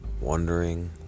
wondering